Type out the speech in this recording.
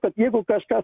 kad jeigu kažkas